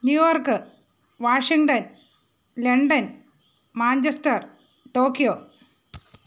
New York Washington London Manchester Tokyo